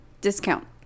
Discount